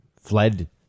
fled